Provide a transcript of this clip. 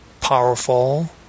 powerful